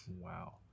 Wow